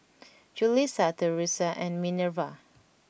Julisa Thresa and Minerva